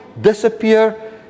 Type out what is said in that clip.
disappear